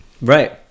right